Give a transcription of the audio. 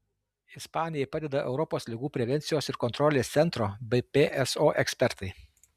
ispanijai padeda europos ligų prevencijos ir kontrolės centro bei pso ekspertai